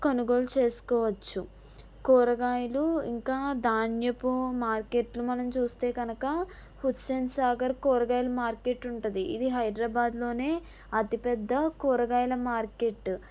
కొనుగోలు చేసుకోవచ్చు కూరగాయలు ఇంకా ధాన్యపు మార్కెట్లు మనం చూస్తే కనుక హుస్సేన్సాగర్ కూరగాయలు మార్కెట్ ఉంటుంది ఇది హైదరాబాద్లోనే అతి పెద్ద కూరగాయల మార్కెట్